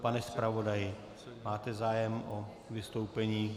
Pane zpravodaji, máte zájem o vystoupení?